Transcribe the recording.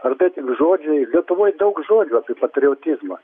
ar tai tik žodžiai lietuvoj daug žodžių apie patriotizmą